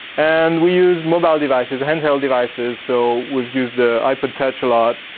and we use mobile devices, handheld devices, so we've used the ipod touch a lot,